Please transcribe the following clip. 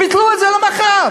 ביטלו את זה ביום אחד.